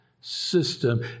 system